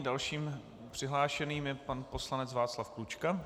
Dalším přihlášeným je pan poslanec Václav Klučka.